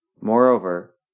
moreover